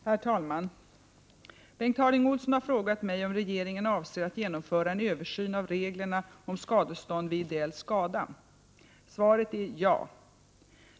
Herr talman! Bengt Harding Olson har frågat mig om regeringen avser att genomföra en översyn av reglerna om skadestånd vid ideell skada. Svaret är ja.